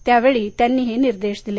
त्यावेळी त्यांनी हे निर्देश दिले